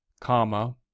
comma